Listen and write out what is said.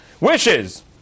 wishes